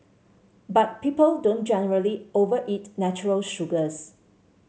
but people don't generally overeat natural sugars